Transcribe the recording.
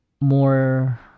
more